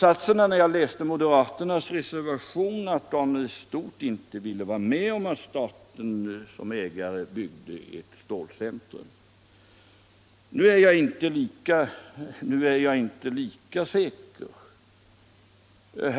När jag läste moderaternas reservation drog jag slutsatsen att de i stort inte ville vara med om att staten som ägare byggde ett stålcentrum. Nu är jag inte lika säker.